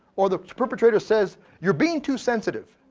or the perpetrator says, you're being too sensitive.